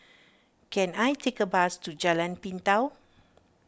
can I take a bus to Jalan Pintau